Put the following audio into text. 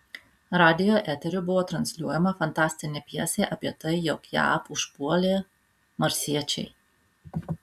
radijo eteriu buvo transliuojama fantastinė pjesė apie tai jog jav užpuolė marsiečiai